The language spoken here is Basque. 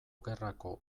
gerrako